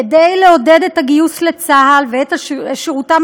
כדי לעודד את הגיוס לצה"ל ואת שירותם